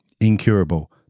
Incurable